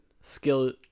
skill